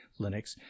Linux